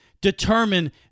determine